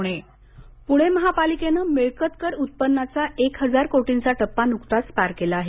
पणे महापालिका मिळकत कर पुणे महापालिकेने मिळकत कर उत्पन्नाचा एक हजार कोटींचा टप्पा नुकताच पार केला आहे